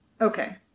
okay